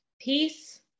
peace